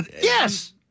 Yes